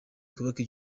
twubake